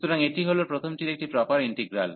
সুতরাং এটি হল প্রথমটির একটি প্রপার ইন্টিগ্রাল